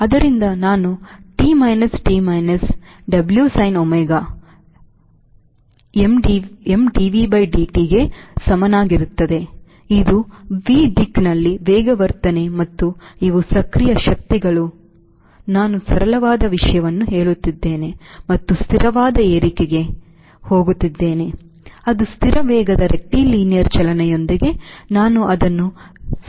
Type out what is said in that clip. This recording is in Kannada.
ಆದ್ದರಿಂದ ನಾನು T minus D minus W sin gamma mdvby dt ಗೆ ಸಮನಾಗಿರುತ್ತದೆ ಇದು V ದಿಕ್ಕಿನಲ್ಲಿ ವೇಗವರ್ಧನೆ ಮತ್ತು ಇವು ಸಕ್ರಿಯ ಶಕ್ತಿಗಳು ಮತ್ತು ನಾನು ಸರಳವಾದ ವಿಷಯವನ್ನು ಹೇಳುತ್ತಿದ್ದೇನೆ ಮತ್ತು ಸ್ಥಿರವಾದ ಏರಿಕೆಗೆ ಹೋಗುತ್ತಿದ್ದೇನೆ ಅದು ಸ್ಥಿರ ವೇಗದ ರೆಕ್ಟಿಲಿನೀಯರ್ ಚಲನೆಯೊಂದಿಗೆ ನಾನು ಅದನ್ನು 0 ಹಾಕಿದೆ